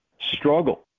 struggle